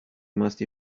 must